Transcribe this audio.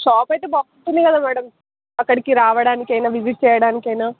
shop అయితే బాగుంటుంది కదా మ్యాడమ్ అక్కడికి రావడానికి అయిన విజిట్ చేయడానికి అయిన